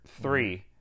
three